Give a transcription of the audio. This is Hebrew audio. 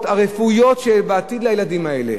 הרפואיות על העתיד של הילדים האלה,